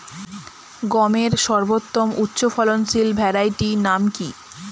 গমের সর্বোত্তম উচ্চফলনশীল ভ্যারাইটি নাম কি?